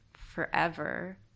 Forever